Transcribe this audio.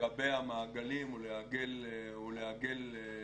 לרבע מעגלים או לעגל ריבועים.